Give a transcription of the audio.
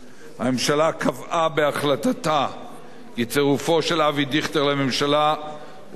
הממשלה קבעה בהחלטה כי צירופו של אבי דיכטר לממשלה ומינויו